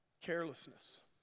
carelessness